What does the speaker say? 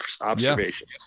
observation